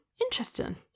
interesting